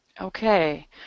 Okay